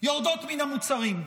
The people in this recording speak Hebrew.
יורדות מן המוצרים?